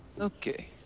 Okay